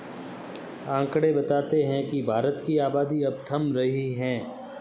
आकंड़े बताते हैं की भारत की आबादी अब थम रही है